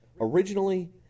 Originally